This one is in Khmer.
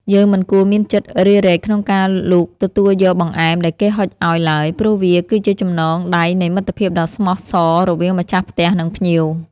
យើងមិនគួរមានចិត្តរារែកក្នុងការលូកទទួលយកបង្អែមដែលគេហុចឱ្យឡើយ ព្រោះវាគឺជាចំណងដៃនៃមិត្តភាពដ៏ស្មោះសររវាងម្ចាស់ផ្ទះនិងភ្ញៀវ។